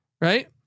right